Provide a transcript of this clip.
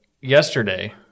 yesterday